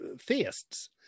theists